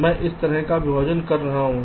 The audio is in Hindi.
मैं इस तरह एक विभाजन कर रहा हूं